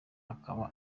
akaba